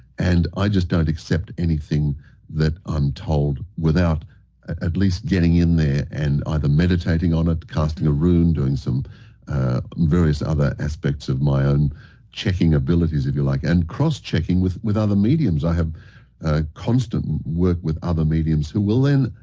and i just don't accept anything that i'm told without at least getting in there and either meditating on it, casting a rune, doing some various other aspects of my own checking abilities, if you'd like. also, and cross-checking with with other mediums. i have constant work with other mediums who will, then,